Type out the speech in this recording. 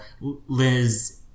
Liz